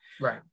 Right